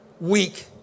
week